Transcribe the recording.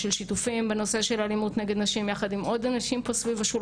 אנחנו שותפים למאבק הזה,